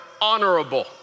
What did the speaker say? honorable